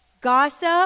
Gossip